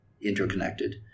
interconnected